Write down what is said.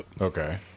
Okay